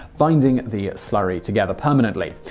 binding the slurry together permanently.